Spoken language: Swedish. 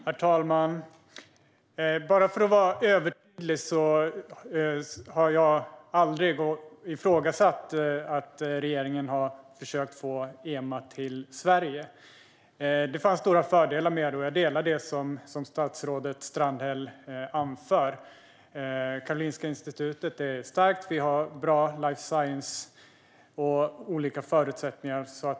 Herr talman! Bara för att vara övertydlig: Jag har aldrig ifrågasatt att regeringen har försökt få EMA till Sverige. Det fanns stora fördelar med det. Jag delar det som statsrådet Strandhäll anför. Karolinska Institutet är starkt. Vi har bra life science och andra förutsättningar.